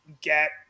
get